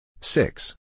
Six